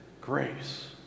grace